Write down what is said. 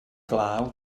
glaw